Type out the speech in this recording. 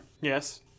Yes